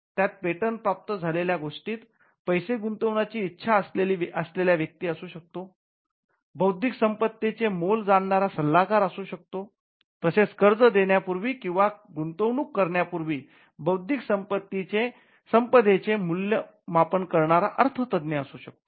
त्यात पेटंट प्राप्त झालेल्या गोष्टीत पैसे गुंतवण्याची ईच्छा असलेला व्यक्ती असू शकतो बौद्धिक संपदेचे मोल जाणारा सल्लागार असू शकतो तसेच कर्ज देण्या पूर्वी किंवा गुंतवणूक करण्या पूर्वी बौद्धिक संपदेचे मूल्य मापन करणारा अर्थ तज्ञ असू शकतो